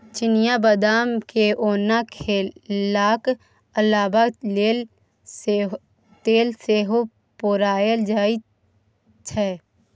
चिनियाँ बदाम केँ ओना खेलाक अलाबा तेल सेहो पेराएल जाइ छै